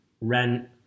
rent